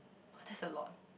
!wah! that's a lot